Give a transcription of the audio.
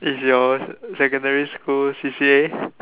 is your secondary school C_C_A